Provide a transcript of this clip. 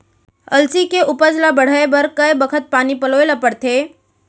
अलसी के उपज ला बढ़ए बर कय बखत पानी पलोय ल पड़थे?